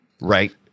Right